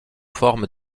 forme